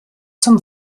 zum